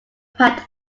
pat